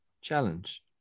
challenge